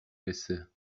رسه